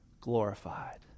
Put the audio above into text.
glorified